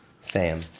Sam